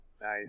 Nice